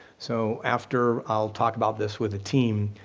so after i'll talk about this with a team,